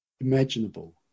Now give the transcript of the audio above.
imaginable